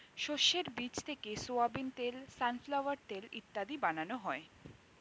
শস্যের বীজ থেকে সোয়াবিন তেল, সানফ্লাওয়ার তেল ইত্যাদি বানানো হয়